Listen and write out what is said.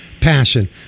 passion